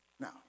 Now